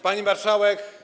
Pani Marszałek!